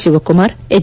Shivakumar H